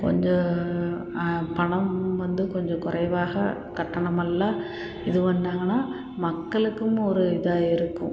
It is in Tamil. கொஞ்சம் ஆ பணம் வந்து கொஞ்சம் குறைவாக கட்டணமல்லா இது பண்ணாங்கன்னா மக்களுக்கும் ஒரு இதாக இருக்கும்